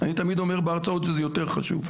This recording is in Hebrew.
אני תמיד אומר בהרצאות שזה יותר חשוב.